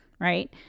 right